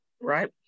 Right